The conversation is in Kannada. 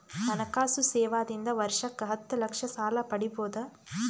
ಹಣಕಾಸು ಸೇವಾ ದಿಂದ ವರ್ಷಕ್ಕ ಹತ್ತ ಲಕ್ಷ ಸಾಲ ಪಡಿಬೋದ?